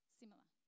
similar